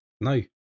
No